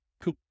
Cool